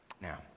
Now